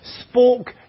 spoke